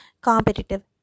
competitive